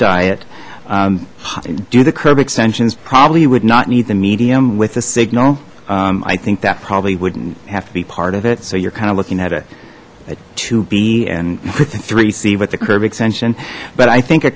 diet do the curb extensions probably would not need the medium with a signal i think that probably wouldn't have to be part of it so you're kind of looking at a to b and within three see what the curb extension but i think a